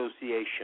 Association